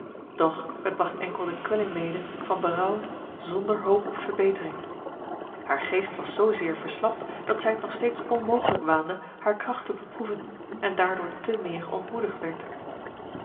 doch het bracht enkel de kwelling mede van berouw zonder hoop op verbetering haar geest was zoozeer verslapt dat zij het nog steeds onmogelijk waande haar kracht te beproeven en daardoor te meer ontmoedigd werd